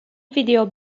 video